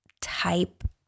type